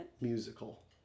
Musical